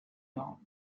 york